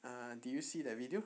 ah did you see that video